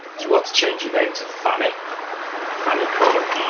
you ought to change your name to fannie fannie craddock.